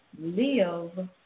live –